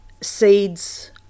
Seeds